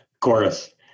Chorus